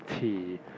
tea